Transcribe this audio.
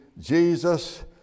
Jesus